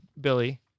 Billy